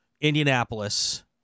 Indianapolis